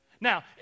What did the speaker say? Now